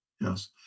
yes